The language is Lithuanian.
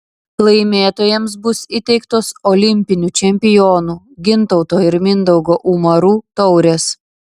laimėtojams bus įteiktos olimpinių čempionų gintauto ir mindaugo umarų taurės